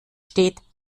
steht